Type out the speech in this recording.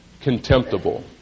contemptible